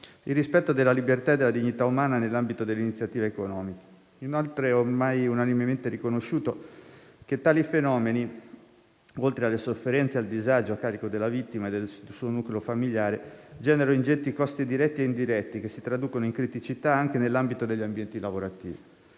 il rispetto della libertà e della dignità umana nell'ambito dell'iniziativa economica. Inoltre, è ormai unanimemente riconosciuto che tali fenomeni, oltre alle sofferenze e al disagio a carico della vittima e del suo nucleo familiare, generano ingenti costi diretti e indiretti che si traducono in criticità anche nell'ambito degli ambienti lavorativi.